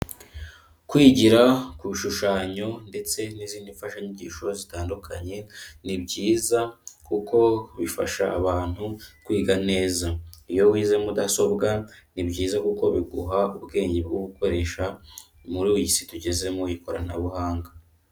Kwigira ku bishushanyo ndetse n'izindi mfashanyigisho zitandukanye ni byiza kuko bifasha abantu kwiga neza, iyo wize mudasobwa ni byiza kuko biguha ubwenge bwo gukoresha muri iyi si tugezemo y'ikoranabuhanga.